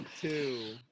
Two